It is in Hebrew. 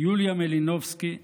יוליה מלינובסקי,